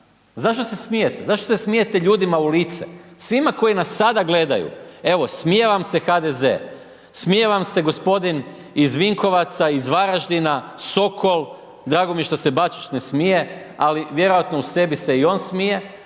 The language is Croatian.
Zašto se smijete, zašto se smijete ljudima u lice? Svima koji nas sada gledaju, evo smije vam se HDZ, smiije vam se g. iz Vinkovaca, iz Varaždina, Sokol, drago mi je što se Bačić ne smije, ali vjerojatno u sebi se i on smije,